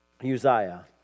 Uzziah